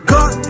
God